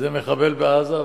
איזה מחבל בעזה,